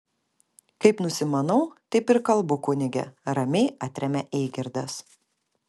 kaip nusimanau taip ir kalbu kunige ramiai atremia eigirdas